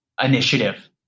initiative